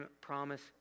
promise